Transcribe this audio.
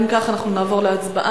אם כך, אנחנו נעבור להצבעה.